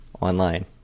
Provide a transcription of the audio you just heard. online